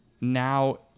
now